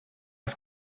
has